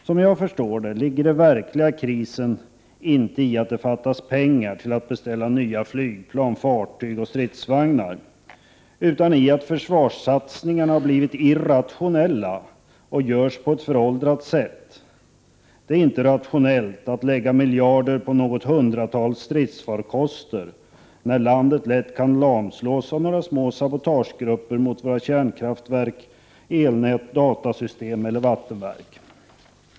Såvitt jag begriper består den verkliga krisen inte i att det fattas pengar till att beställa nya flygplan, fartyg och stridsvagnar utan i att försvarssatsningarna har blivit irrationella och görs på ett föråldrat sätt. Det är inte rationellt att lägga miljarder på något hundratal stridsfarkoster, när landet lätt kan lamslås av några små sabotagegrupper som riktar angrepp mot våra kärnkraftverk, elnät, datasystem eller vattenverk.